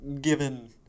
given